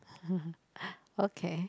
okay